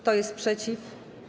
Kto jest przeciw?